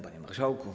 Panie Marszałku!